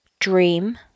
dream